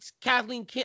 Kathleen